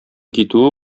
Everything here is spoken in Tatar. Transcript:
китүе